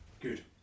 Good